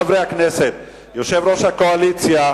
חברי חברי הכנסת, יושב-ראש הקואליציה,